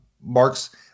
Mark's